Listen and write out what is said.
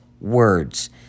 words